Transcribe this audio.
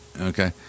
Okay